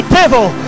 devil